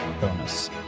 bonus